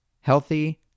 Healthy